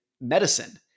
medicine